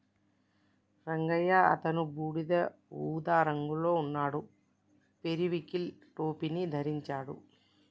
రంగయ్య అతను బూడిద ఊదా రంగులో ఉన్నాడు, పెరివింకిల్ టోపీని ధరించాడు